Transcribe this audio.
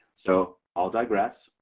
so i'll digress.